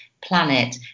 Planet